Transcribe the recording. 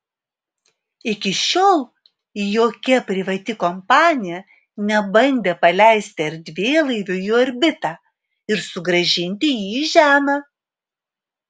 iki šiol jokia privati kompanija nebandė paleisti erdvėlaivio į orbitą ir sugrąžinti jį į žemę